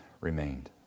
remained